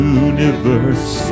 universe